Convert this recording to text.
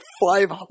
five